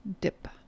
dip